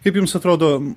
kaip jums atrodo